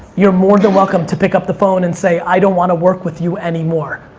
you're more than welcome to pick up the phone and say, i don't wanna work with you anymore.